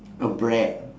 or bread